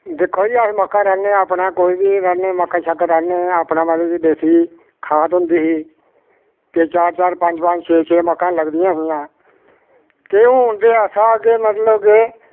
दिक्खो जी अस मक्कां राह्न्नें आं अपने कोई बी अपने मक्क शक्क राह्न्ने आं अपना जेह्ड़ी देसी खाद होंदी ही ते चार चार छे छे पंज पंज मक्कां लगदियां हियां के हून ते ऐसा है कि मतलब के